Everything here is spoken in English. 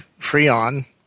Freon